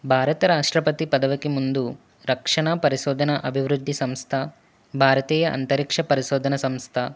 భారత రాష్ట్రపతి పదవికి ముందు రక్షణ పరిశోధన అభివృద్ధి సంస్థ భారతీయ అంతరిక్ష పరిశోధన సంస్థ